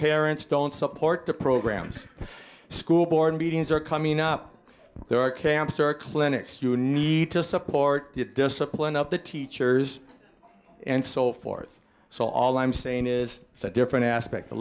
parents don't support the programs school board meetings are coming up there are camps or clinics you need to support the discipline of the teachers and so forth so all i'm saying is it's a different aspect